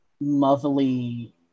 motherly